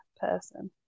person